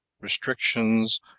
restrictions